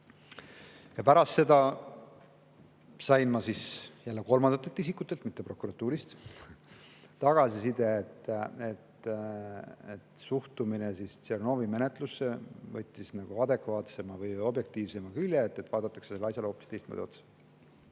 Pärast seda sain ma jälle kolmandatelt isikutelt, mitte prokuratuurist, tagasiside, et suhtumine Tšernovi menetlusse võttis adekvaatsema või objektiivsema külje, et asjale vaadatakse hoopis teistmoodi otsa.